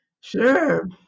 Sure